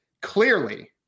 clearly